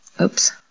Oops